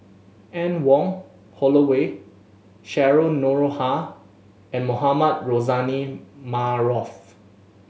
Anne Wong Holloway Cheryl Noronha and Mohamed Rozani Maarof